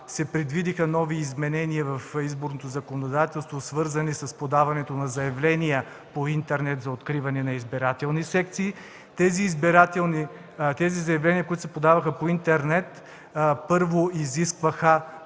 се предвидиха нови изменения в изборното законодателство, свързани с подаване на заявления по интернет за откриване на избирателни секции. За тези заявления, подавани по интернет, първо се изискваше